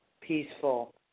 peaceful